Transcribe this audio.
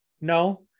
No